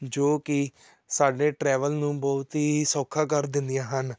ਜੋ ਕਿ ਸਾਡੇ ਟਰੈਵਲ ਨੂੰ ਬਹੁਤ ਹੀ ਸੌਖਾ ਕਰ ਦਿੰਦੀਆਂ ਹਨ